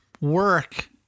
work